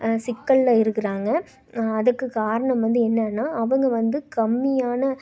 சிக்கலில் இருக்கிறாங்க அதுக்கு காரணம் வந்து என்னென்னா அவங்க வந்து கம்மியான